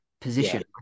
position